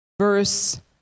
verse